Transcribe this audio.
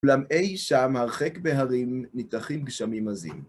אולם אי שם הרחק בהרים ניטחים גשמים עזים.